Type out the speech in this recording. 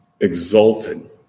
exalted